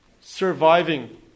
surviving